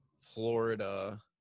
Florida